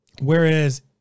Whereas